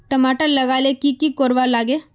टमाटर लगा ले की की कोर वा लागे?